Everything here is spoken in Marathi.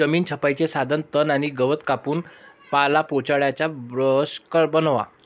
जमीन छपाईचे साधन तण आणि गवत कापून पालापाचोळ्याचा ब्रश बनवा